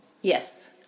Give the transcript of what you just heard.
Yes